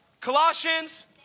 Colossians